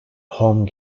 home